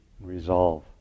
resolve